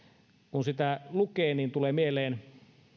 kun sitä lukee niin tulee mieleen